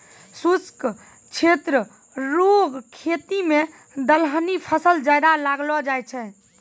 शुष्क क्षेत्र रो खेती मे दलहनी फसल ज्यादा लगैलो जाय छै